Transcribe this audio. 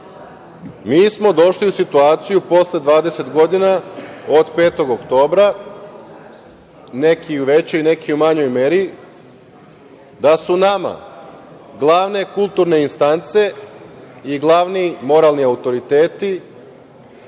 Mi smo došli u situaciju posle 20 godina od 5. oktobra neki u većoj, neki u manjoj meri, da su nama glavne kulturne distance i glavni moralni autoriteti